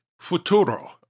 Futuro